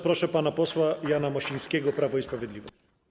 Proszę pana posła Jana Mosińskiego, Prawo i Sprawiedliwość.